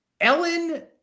Ellen